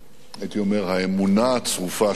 הייתי אומר, האמונה הצרופה שלו